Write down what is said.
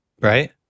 Right